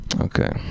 okay